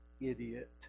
idiot